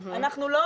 אנחנו לא